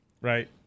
Right